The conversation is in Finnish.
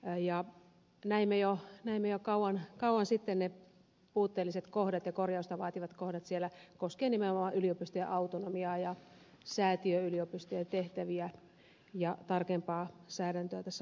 ä ja näin ei oh näimme jo kauan sitten ne puutteelliset ja korjausta vaativat kohdat siellä koskien nimenomaan yliopistojen autonomiaa ja säätiöyliopistojen tehtäviä ja tarkempaa säädäntöä tässä laissa